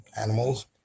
animals